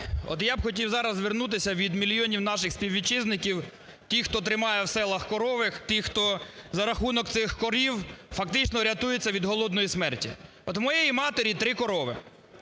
От я б хотів зараз звернутися від мільйонів наших співвітчизників, ті, хто тримає в селах корови, ті, хто за рахунок цих корів фактично рятується від голодної смерті. От в моєї матері 3 корови,